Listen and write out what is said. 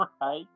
Right